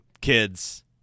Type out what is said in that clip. kids